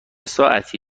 ساعتی